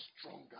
stronger